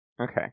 Okay